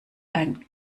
ein